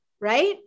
Right